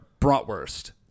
Bratwurst